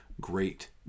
great